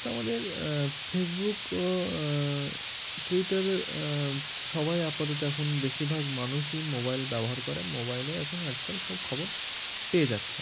তো আমাদের ফেসবুক ও টুইটারে সবাই আপাতত এখন বেশিরভাগ মানুষই মোবাইল ব্যবহার করে মোবাইলে এখন আজকাল সব খবর পেয়ে যাচ্ছে